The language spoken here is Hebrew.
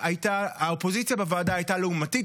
אבל אופוזיציה יכולה להיות אופוזיציה לוחמת,